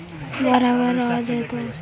बाढ़ अगर आ जैतै त सब्जी के फ़सल के कैसे बचइबै?